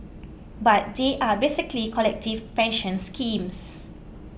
but they are basically collective pension schemes